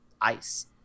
ice